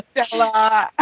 Stella